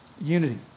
unity